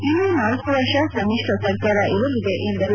ಇನ್ನು ನಾಲ್ಕು ವರ್ಷ ಸಮ್ಮಿಶ್ರ ಸರಕಾರ ಇರಲಿದೆ ಎಂದರು